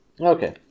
Okay